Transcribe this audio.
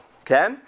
okay